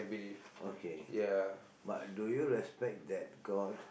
okay but do you respect that god